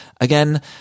Again